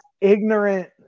ignorant